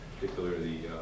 particularly